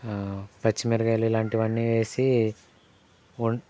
పచ్చిమిరక్కాయలు ఇలాంటివన్నీ వేసి వం